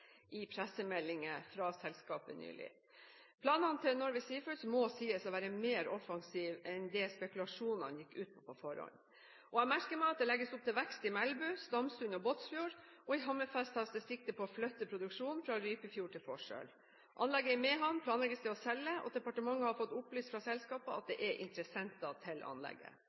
i en pressemelding fra selskapene nylig. Planene til Norway Seafoods må sies å være mer offensive enn det spekulasjonene gikk ut på på forhånd. Jeg merker meg at det legges opp til vekst i Melbu, Stamsund og Båtsfjord. I Hammerfest tas det sikte på å flytte produksjonen fra Rypefjord til Forsøl. Anlegget i Mehamn planlegges det å selge, og departementet har fått opplyst fra selskapet at det er interessenter til anlegget.